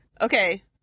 okay